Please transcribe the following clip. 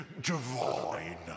divine